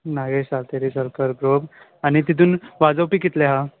Nagesh Sateri cultural group आनी तितून वाजोवपी कितले हा